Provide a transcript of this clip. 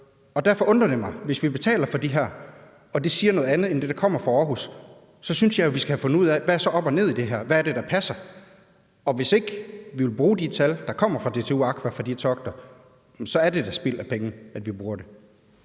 er de steder. Hvis vi betaler for det her og det siger noget andet end det, der kommer fra Aarhus, så synes jeg jo, at vi skal have fundet ud af, hvad der så op og ned i det her, og hvad det er, der passer. Og hvis ikke vi vil bruge de tal, der kommer fra DTU Aqua fra de to togter, så er det da spild af penge. Kl. 13:57 Første